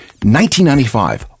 1995